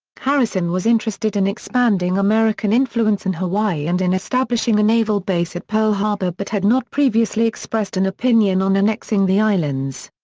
harrison was interested in expanding american influence in hawaii and in establishing a naval base at pearl harbor but had not previously expressed an opinion on annexing the islands.